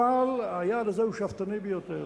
אבל היעד הזה הוא שאפתני ביותר.